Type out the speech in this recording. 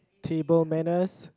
table manners